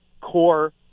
core